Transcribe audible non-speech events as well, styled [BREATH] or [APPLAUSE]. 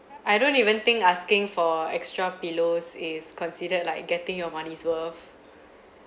I don't even think asking for extra pillows is considered like getting your money's worth [BREATH]